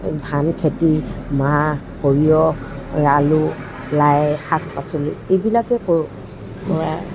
ধান খেতি মাহ সৰিয়হ আলু লাই শাক পাচলি এইবিলাকে কৰোঁ